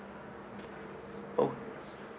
oh